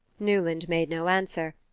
newland made no answer,